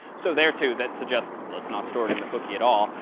so there, too, that suggests, that's not stored in the cookie at all.